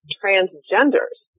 transgenders